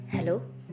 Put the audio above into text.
hello